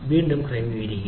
വീണ്ടും ക്രമീകരിക്കുക